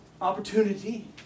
opportunity